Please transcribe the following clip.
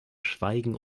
schweigen